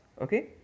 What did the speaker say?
Okay